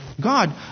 God